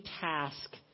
task